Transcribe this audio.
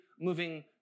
moving